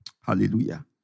Hallelujah